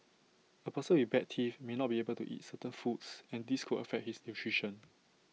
A person with bad teeth may not be able to eat certain foods and this could affect his nutrition